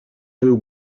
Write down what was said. był